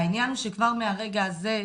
העניין הוא שכבר מהרגע הזה,